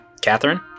Catherine